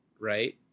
right